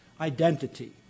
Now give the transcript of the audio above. identity